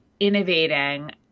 innovating